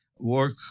work